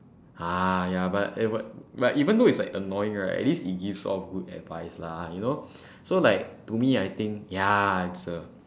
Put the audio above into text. ya but eh what but like even though it's like annoying right at least it gives off good advice lah you know so like to me I think ya it's a